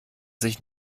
sich